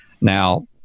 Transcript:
Now